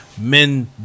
men